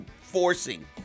forcing